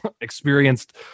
experienced